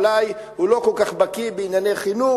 אולי הוא לא כל כך בקי בענייני חינוך,